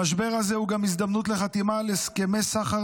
המשבר הזה הוא הזדמנות לחתימה על הסכמי סחר